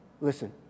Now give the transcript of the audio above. Listen